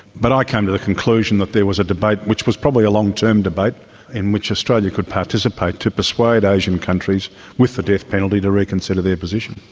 but i came to the conclusion that there was a debate which was probably a long-term debate in which australia could participate to persuade asian countries with the death penalty to reconsider their position.